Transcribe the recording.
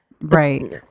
Right